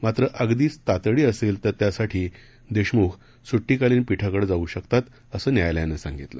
मात्र अगदीच तातडी असेल तर त्यासाठी देशमुख सुट्टीकालीन पीठाकडे जाऊ शकतात असं न्यायालयानं सांगितलं